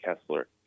Kessler